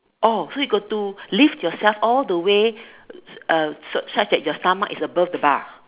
oh so you got to lift yourself all the way uh such that your stomach is above the bar